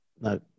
no